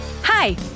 Hi